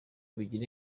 bigira